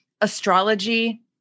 astrology